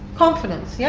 confidence, yeah